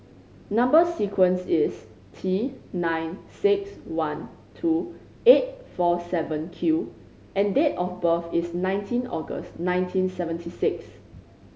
number sequence is T nine six one two eight four seven Q and date of birth is nineteen August nineteen seventy six